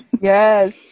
Yes